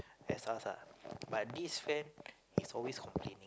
as us ah but this friend he's always complaining